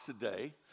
today